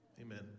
Amen